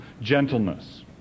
gentleness